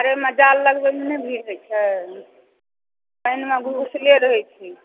पनिमे जाल लगाबैमे नहि भीर होइ छै पनिमे भूखले रहै छी